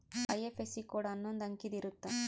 IFSC code ಅನ್ನೊಂದ್ ಅಂಕಿದ್ ಇರುತ್ತ